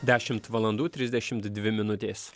dešimt valandų trisdešimt dvi minutės